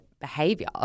behavior